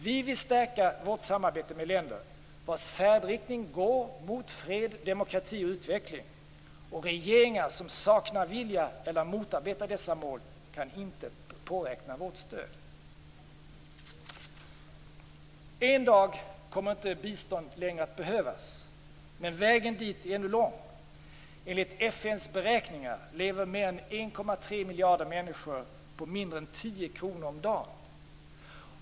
Vi vill stärka vårt samarbete med länder vilkas färdriktning går mot fred, demokrati och utveckling. Regeringar som saknar vilja eller motarbetar dessa mål kan inte påräkna vårt stöd. En dag kommer bistånd inte längre att behövas. Men vägen dit är ännu lång. Enligt FN:s beräkningar lever mer än 1,3 miljarder människor på mindre än 10 kr om dagen.